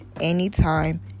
anytime